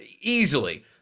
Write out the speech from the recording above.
easily